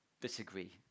disagree